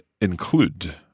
include